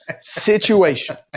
situation